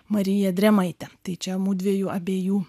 marija drėmaite tai čia mudviejų abiejų